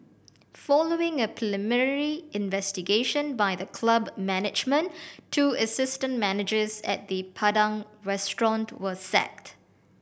following a preliminary investigation by the club management two assistant managers at the Padang Restaurant were sacked